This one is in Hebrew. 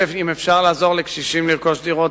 אם אפשר לעזור לקשישים לרכוש דירות,